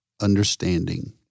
understanding